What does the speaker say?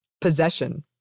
possession